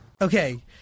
Okay